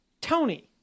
Tony